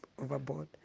overboard